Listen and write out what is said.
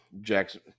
Jackson